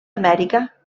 amèrica